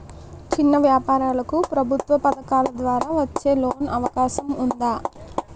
చిన్న వ్యాపారాలకు ప్రభుత్వం పథకాల ద్వారా వచ్చే లోన్ అవకాశం ఉందా?